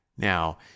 Now